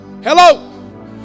Hello